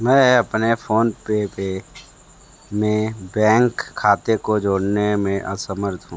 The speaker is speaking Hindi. मैं अपने फ़ोनपे पर में बैंक खाते को जोड़ने में असमर्थ हूँ